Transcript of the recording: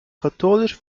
katholisch